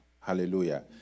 Hallelujah